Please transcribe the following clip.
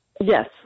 Yes